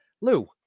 Lou